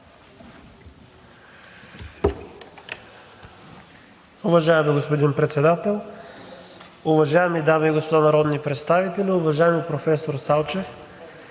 Уважаеми господин Председател, уважаеми дами и господа народни представители! Уважаеми професор Салчев,